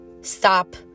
stop